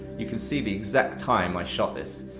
you can see the exact time i shot this.